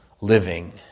Living